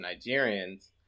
Nigerians